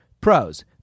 Pros